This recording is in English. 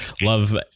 love